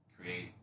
create